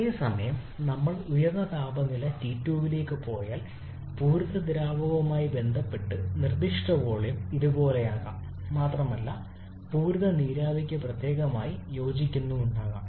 അതേസമയം നമ്മൾ ഉയർന്ന താപനില T2 ലേക്ക് പോയാൽ പൂരിത ദ്രാവകവുമായി ബന്ധപ്പെട്ട നിർദ്ദിഷ്ട വോളിയം ഇതുപോലെയാകാം മാത്രമല്ല പൂരിത നീരാവിക്ക് പ്രത്യേകമായി യോജിക്കുന്നുണ്ടാകാം